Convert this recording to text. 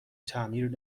تعمیر